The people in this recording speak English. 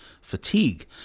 fatigue